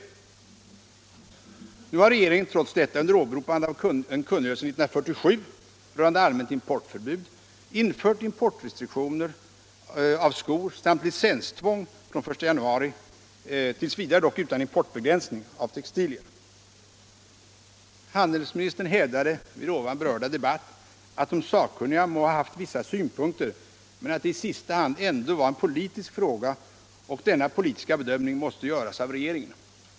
Nu har regeringen trots detta under åberopande av en kungörelse 1947 rörande allmänt importförbud infört importrestriktioner för skor samt licenstvång från den 1 januari, t. v. dock utan importbegränsning, för textilier. Handelsministern hävdade i den förut berörda debatten att de sakkunniga må ha haft vissa synpunkter, men att det i sista hand ändå var en politisk fråga och att denna politiska bedömning måste göras av regeringen.